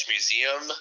Museum